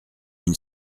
une